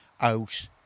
out